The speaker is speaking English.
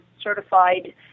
certified